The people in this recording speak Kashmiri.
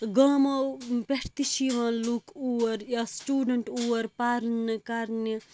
گامو پیٹھٕ تہِ چھِ یِوان لوٗکھ اور یا سِٹوٗڈَنٛٹ اور پَرنہِ کَرنہِ